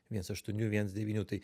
viens aštuonių viens devynių tai